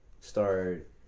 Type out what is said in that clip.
start